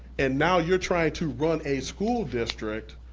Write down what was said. and now you're trying to run a school district,